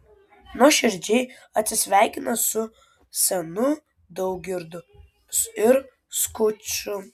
nuoširdžiai atsisveikina su senu daugirdu ir skuču